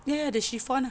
ya ya the chiffon ah